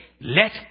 let